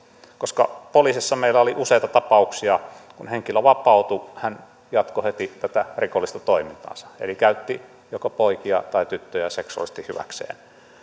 koska poliisissa meillä oli useita tapauksia joissa kun henkilö vapautui hän jatkoi heti tätä rikollista toimintaansa eli käytti joko poikia tai tyttöjä seksuaalisesti hyväkseen